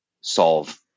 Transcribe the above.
solve